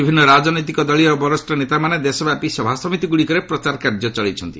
ବିଭିନ୍ନ ରାଜନୈତିକ ଦଳର ବରିଷ୍ଣ ନେତାମାନେ ଦେଶବ୍ୟାପୀ ସଭାସମିତିଗୁଡ଼ିକରେ ପ୍ରଚାର କାର୍ଯ୍ୟ ଚଳାଇଛନ୍ତି